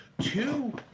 two